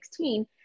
2016